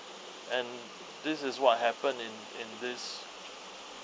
and this is what happened in in this